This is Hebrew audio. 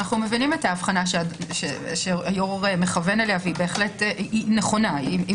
אנחנו מבינים את ההבחנה שהיו"ר מכוון אליה והיא מציאות.